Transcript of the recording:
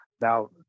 Now